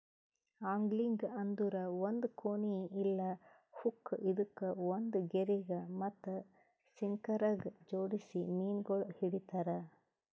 angling ಅಂದುರ್ ಒಂದ್ ಕೋನಿ ಇಲ್ಲಾ ಹುಕ್ ಇದುಕ್ ಒಂದ್ ಗೆರಿಗ್ ಮತ್ತ ಸಿಂಕರಗ್ ಜೋಡಿಸಿ ಮೀನಗೊಳ್ ಹಿಡಿತಾರ್